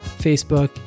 Facebook